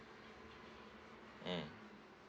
mm